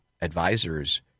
Advisors